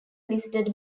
listed